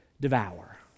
devour